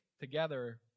together